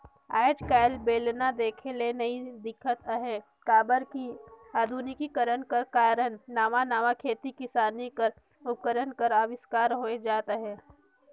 आएज काएल बेलना देखे ले नी दिखत अहे काबर कि अधुनिकीकरन कर कारन नावा नावा खेती किसानी कर उपकरन कर अबिस्कार होवत जात अहे